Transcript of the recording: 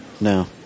No